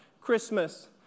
Christmas